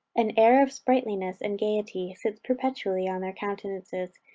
an air of sprightliness and gaiety sits perpetually on their countenances,